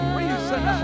reason